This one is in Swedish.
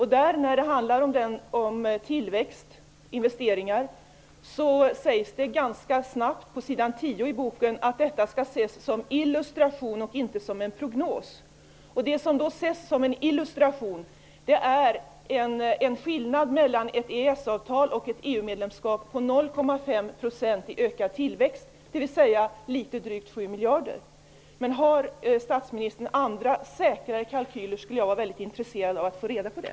I den del som handlar om tillväxt och investeringar sägs det ganska snart, på s. 10 i boken, att detta skall ses som en illustration och inte som en prognos. Det som ses som en illustration är en skillnad mellan ett EES-avtal och ett EU-medlemskap på 0,5 % i ökad tillväxt, dvs. litet drygt 7 miljarder. Om statsministern har andra, säkrare kalkyler skulle jag vara väldigt intresserad av att få reda på det.